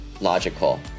logical